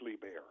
bear